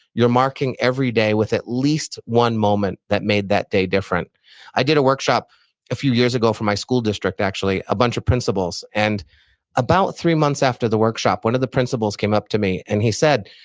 you're marking every day with at least one moment that made that day different i did a workshop a few years ago for my school district, actually a bunch of principals, and about three months after the workshop, one of the principals came up to me and he said,